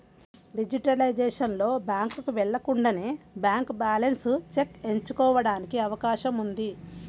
digitalisation లో, బ్యాంకుకు వెళ్లకుండానే బ్యాంక్ బ్యాలెన్స్ చెక్ ఎంచుకోవడానికి అవకాశం ఉంది